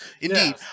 indeed